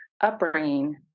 upbringing